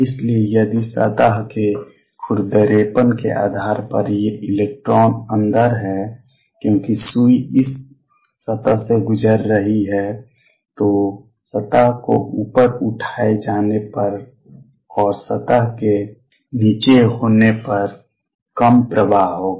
इसलिए यदि सतह के खुरदरेपन के आधार पर ये इलेक्ट्रॉन अंदर हैं क्योंकि सुई इस सतह से गुजर रही है तो सतह को ऊपर उठाए जाने पर और सतह के नीचे होने पर कम प्रवाह होगा